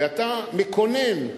ואתה מקונן.